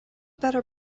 better